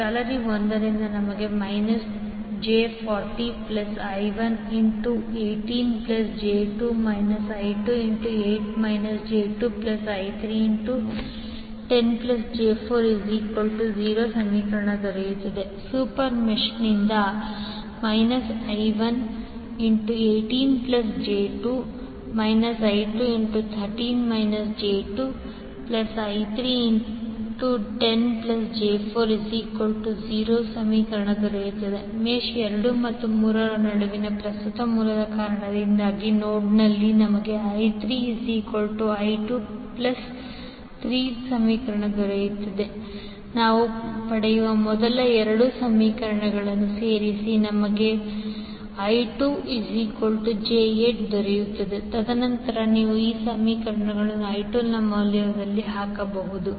ಜಾಲರಿ 1 ರಿಂದ j40I118j2 I28 j2I310j40 ಸೂಪರ್ಮೆಶ್ನಿಂದ I118j2 I213 j2I310j40 ಮೆಶ್ 2 ಮತ್ತು 3 ರ ನಡುವಿನ ಪ್ರಸ್ತುತ ಮೂಲದ ಕಾರಣದಿಂದಾಗಿ ನೋಡ್ನಲ್ಲಿ I3I23 ನಾವು ಪಡೆಯುವ ಮೊದಲ ಎರಡು ಸಮೀಕರಣಗಳನ್ನು ಸೇರಿಸುವುದು j405I20 ಆದ್ದರಿಂದ I2j8 ತದನಂತರ ನೀವು ಈ ಸಮೀಕರಣದಲ್ಲಿ I2 ಮೌಲ್ಯವನ್ನು ಹಾಕಬಹುದು